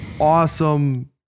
awesome